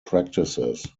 practices